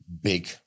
big